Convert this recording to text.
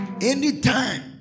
anytime